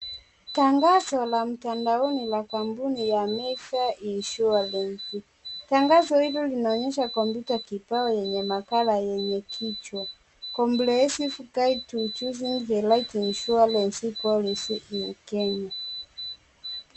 Tangazo la mtandaoni la kampuni ya Mayfair Insurance . Tangazo hilo linaonyesha kompyuta kipawa yenye nakala yenye kichwa, Comprehensive guide insurance policy in Kenya .